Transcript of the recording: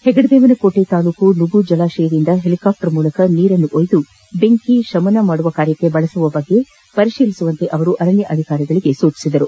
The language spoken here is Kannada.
ಹೆಗ್ಗಡದೇವನ ಕೋಟೆ ತಾಲೂಕಿನ ನುಗು ಜಲಾಶಯದಿಂದ ಹೆಲಿಕಾಪ್ಷರ್ಗಳ ಮೂಲಕ ನೀರು ಒಯ್ದು ಬೆಂಕಿ ನಂದಿಸುವ ಕಾರ್ಯಕ್ಕೆ ಬಳಸುವ ಬಗ್ಗೆ ಪರಿಶೀಲಿಸುವಂತೆ ಅವರು ಅರಣ್ಯಾಧಿಕಾರಿಗಳಿಗೆ ಸೂಚಿಸಿದ್ದಾರೆ